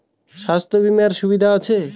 স্বাস্থ্য বিমার সুবিধা আছে?